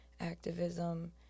activism